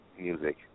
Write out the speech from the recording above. music